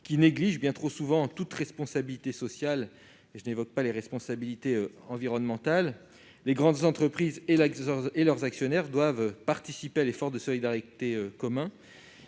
et néglige bien trop souvent toute responsabilité sociale, pour ne rien dire des responsabilités environnementales. Les grandes entreprises et leurs actionnaires doivent participer à l'effort commun de solidarité et